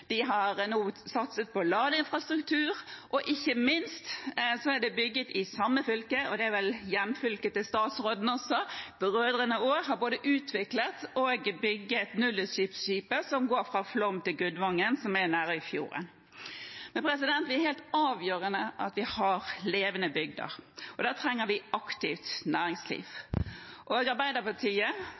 de har nå satset på ladeinfrastruktur, og ikke minst – i samme fylke, og det er vel hjemfylket til statsråden også – har Brødrene Aa både utviklet og bygget nullutslippsskipet som går fra Flåm til Gudvangen, som er i Nærøyfjorden. Det er helt avgjørende at vi har levende bygder, og da trenger vi et aktivt næringsliv. Arbeiderpartiet